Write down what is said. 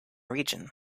region